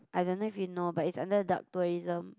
I don't know if you know but it's under dark tourism